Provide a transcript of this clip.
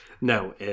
No